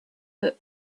that